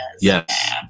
yes